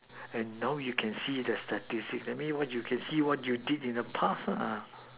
and now you can see the statistic that means that you can see what you did in the past